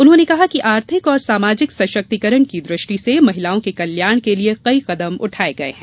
उन्होंने कहा कि आर्थिक और सामाजिक सशक्तीकरण की दृष्टि से महिलाओं के कल्याण के लिये कई कदम उठाये गये है